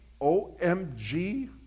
OMG